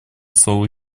слово